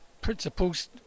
principles